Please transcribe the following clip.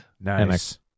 Nice